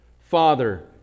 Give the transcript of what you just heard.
Father